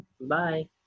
bye